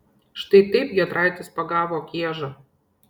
štai taip giedraitis pagavo kiežą